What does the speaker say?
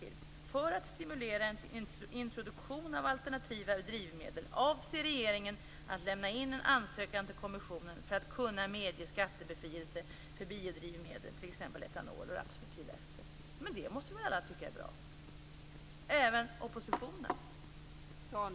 Där framgår att det är för att stimulera en introduktion av alternativa drivmedel som regeringen avser att lämna in en ansökan till kommissionen för att kunna medge skattebefrielse för biodrivmedel, t.ex. etanol och rapsmetylester. Det måste väl alla tycka är bra, även oppositionen?